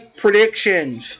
predictions